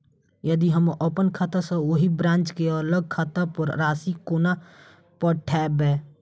यदि हम अप्पन खाता सँ ओही ब्रांच केँ अलग खाता पर राशि कोना पठेबै?